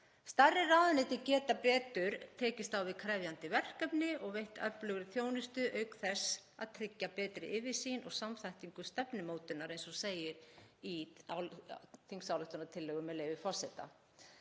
Stærri ráðuneytin geta betur tekist á við krefjandi verkefni og veitt öflugri þjónustu auk þess að tryggja betri yfirsýn og samþættingu stefnumótunar, eins og segir í þingsályktunartillögu. Með stækkun ráðuneyta